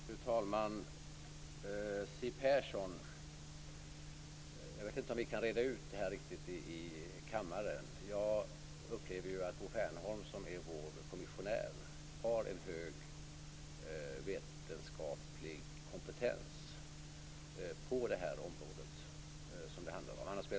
Fru talman! Siw Persson, jag vet inte om vi riktigt kan reda ut detta här i kammaren. Jag upplever att Bo Fernholm, som är vår kommissionär, har en hög vetenskaplig kompetens på det område som det handlar om.